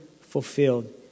fulfilled